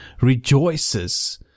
rejoices